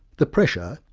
the pressure,